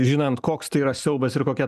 žinant koks tai yra siaubas ir kokia